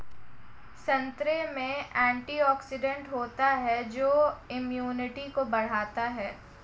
संतरे में एंटीऑक्सीडेंट होता है जो इम्यूनिटी को बढ़ाता है